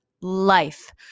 life